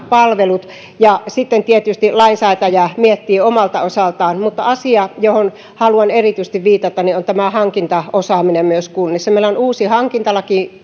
palvelut ja sitten tietysti lainsäätäjä miettii omalta osaltaan mutta asia johon haluan erityisesti viitata on tämä hankintaosaaminen myös kunnissa meillä on uusi hankintalaki